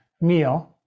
meal